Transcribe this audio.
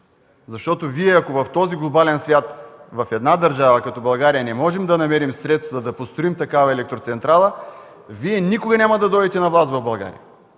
Защото ако в този глобален свят, в една държава като България не можем да намерим средства да построим такава електроцентрала, Вие никога няма да дойдете на власт в България.